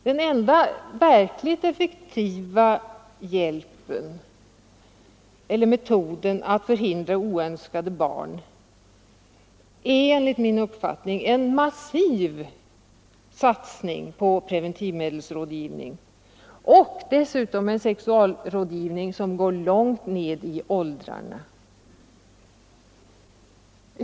Den enda verkligt effektiva metoden att förhindra oönskade barn är enligt min uppfattning en massiv satsning på preventivmedelsrådgivning. Och dessutom en sexualrådgivning som går långt ned i åldrarna.